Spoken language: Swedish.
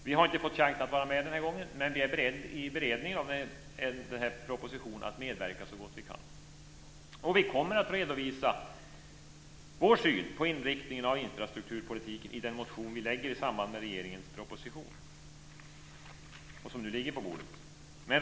Vi har inte fått chansen att vara med den här gången, men vi är beredda att i beredningen av den här propositionen medverka så gott vi kan. Och vi kommer att redovisa vår syn på inriktningen av infrastrukturpolitiken i den motion som vi lägger fram i samband med regeringens proposition som nu ligger på bordet.